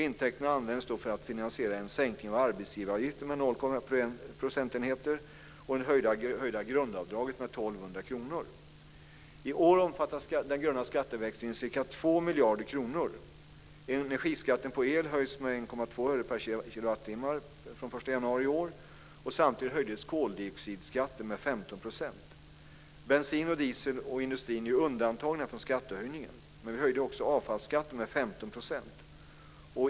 Intäkterna användes för att finansiera en sänkning av arbetsgivaravgiften samt en höjning av grundavdraget med öre per kilowattimme från den 1 januari i år. Samtidigt höjdes koldioxidskatten med 15 %. Bensin, diesel och industri är undantagna från skattehöjningen, men vi höjde också avfallsskatten med 15 %.